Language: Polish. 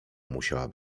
musiała